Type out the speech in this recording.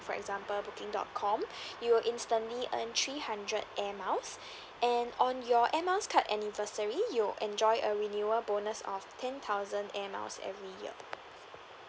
for example booking dot com you'll instantly earn three hundred air miles and on your air miles card anniversary you'll enjoy a renewal bonus of ten thousand air miles every year